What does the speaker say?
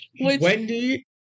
Wendy